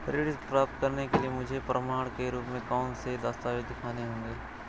ऋण प्राप्त करने के लिए मुझे प्रमाण के रूप में कौन से दस्तावेज़ दिखाने होंगे?